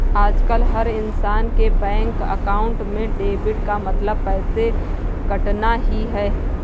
आजकल हर इन्सान के बैंक अकाउंट में डेबिट का मतलब पैसे कटना ही है